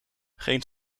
geen